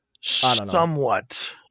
Somewhat